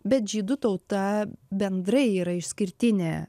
bet žydų tauta bendrai yra išskirtinė